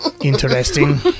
Interesting